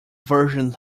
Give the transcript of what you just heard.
versions